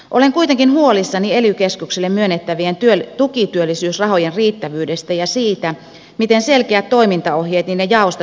olen kuitenkin huolissani ely keskuksille myönnettävien tukityöllisyysrahojen riittävyydestä ja siitä miten selkeät toimintaohjeet niiden jaosta työvoimaviranomaisilla on